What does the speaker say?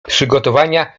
przygotowania